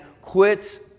quits